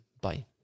Bye